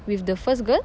with the first girl